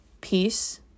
peace